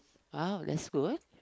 oh that's good